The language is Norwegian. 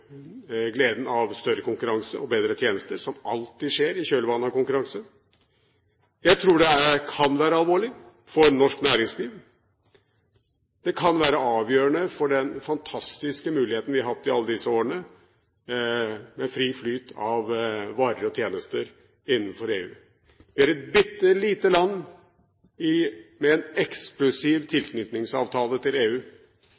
gleden av større konkurranse og bedre tjenester som alltid skjer i kjølvannet av konkurranse. Jeg tror det kan være alvorlig for norsk næringsliv. Det kan være avgjørende for den fantastiske muligheten vi har hatt i alle disse årene, med fri flyt av varer og tjenester innenfor EU. Vi er et bitte lite land med en